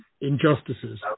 injustices